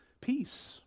peace